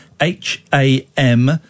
H-A-M